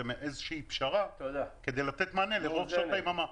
זה איזה פשרה כדי לתת מענה לרוב שעות היממה.